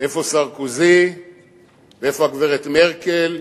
איפה סרקוזי ואיפה הגברת מרקל,